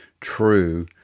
true